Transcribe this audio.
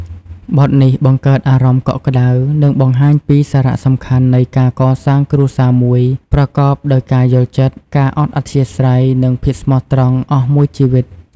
បទនេះបង្កើតអារម្មណ៍កក់ក្តៅ និងបង្ហាញពីសារៈសំខាន់នៃការកសាងគ្រួសារមួយប្រកបដោយការយល់ចិត្ត ការអត់អធ្យាស្រ័យ និងភាពស្មោះត្រង់អស់មួយជីវិត។